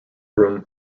broom